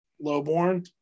Lowborn